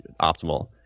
optimal